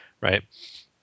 right